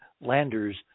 landers